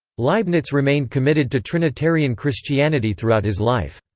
leibniz remained committed to trinitarian christianity throughout his life.